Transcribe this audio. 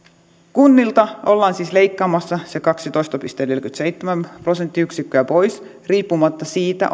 kunnilta ollaan siis leikkaamassa se kaksitoista pilkku neljäkymmentäseitsemän prosenttiyksikköä pois riippumatta siitä